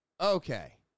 okay